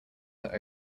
that